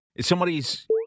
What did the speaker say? Somebody's